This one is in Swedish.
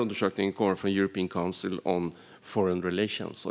Undersökningen kommer från European Council on Foreign Relations.